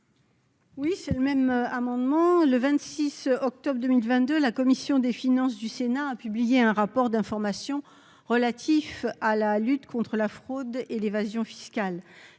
pour présenter l'amendement n° 812. Le 26 octobre 2022, la commission des finances du Sénat a publié un rapport d'information relatif à la lutte contre la fraude et l'évasion fiscales.